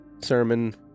sermon